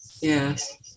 Yes